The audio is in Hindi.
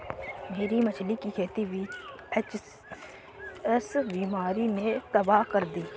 मेरी मछली की खेती वी.एच.एस बीमारी ने तबाह कर दी